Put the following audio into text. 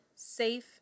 safe